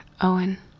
Owen